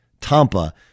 Tampa